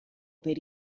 per